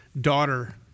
Daughter